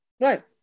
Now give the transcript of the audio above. right